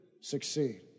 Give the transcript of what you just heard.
succeed